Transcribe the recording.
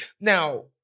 Now